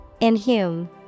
Inhume